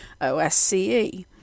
OSCE